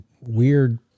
weird